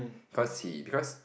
cause he because